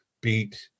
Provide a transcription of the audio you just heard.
beat